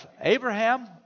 Abraham